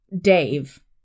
Dave